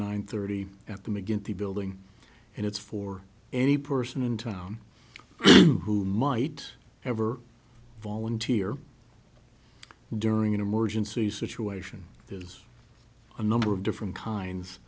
nine thirty at the mcguinty building and it's for any person in town who might ever volunteer during an emergency situation there's a number of different